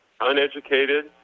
uneducated